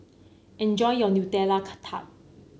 enjoy your Nutella Tart